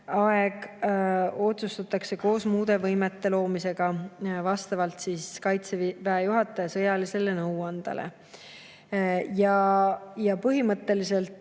aeg otsustatakse koos muude võimete loomisega vastavalt Kaitseväe juhataja sõjalisele nõuandele. Põhimõtteliselt